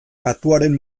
katuaren